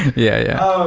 yeah.